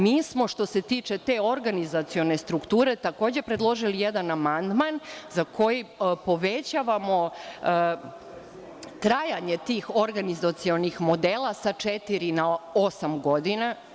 Mi smo što se tiče te organizacione strukture, takođe predložili jedan amandman za koji povećavamo trajanje tih organizacionih modela sa četiri na osam godina.